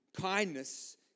kindness